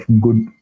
good